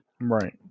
Right